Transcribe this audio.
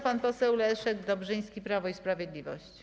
Pan poseł Leszek Dobrzyński, Prawo i Sprawiedliwość.